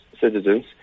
citizens